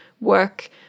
work